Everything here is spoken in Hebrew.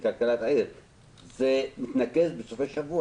אין תמונת מצב.